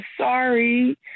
sorry